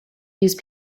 use